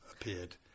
appeared